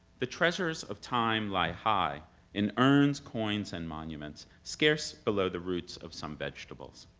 the treasures of time lie high in urns coins and monuments, scarce below the roots of some vegetables.